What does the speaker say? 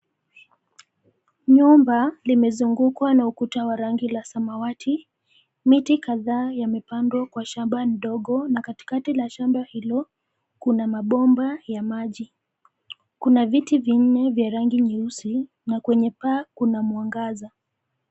Nyumba limezungukwa na ukuta wa rangi la samawati, miti kadhaa yamepandwa kwa shamba ndogo na katikati la shamba hilo, kuna mabomba ya maji. Kuna viti vinne vya rangi nyeusi, na kwenye paa kuna mwangaza.